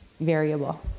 variable